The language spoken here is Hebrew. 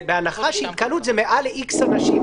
זה בהנחה שהתקהלות זה מעל X אנשים.